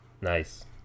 Nice